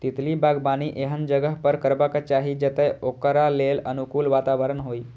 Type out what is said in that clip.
तितली बागबानी एहन जगह पर करबाक चाही, जतय ओकरा लेल अनुकूल वातावरण होइ